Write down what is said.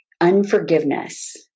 unforgiveness